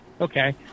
Okay